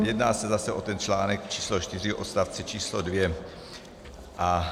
Jedná se zase o ten článek číslo 4 odst. číslo 2.